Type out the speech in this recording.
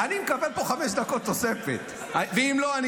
אדוני, אתה